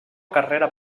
carrera